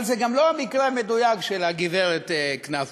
אבל זה גם לא המקרה המדויק של הגברת קנפו.